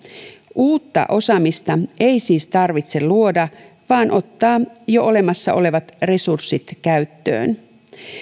uutta osaamista ei siis tarvitse luoda vaan ottaa jo olemassa olevat resurssit käyttöön